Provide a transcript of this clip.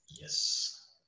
Yes